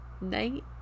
night